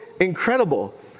incredible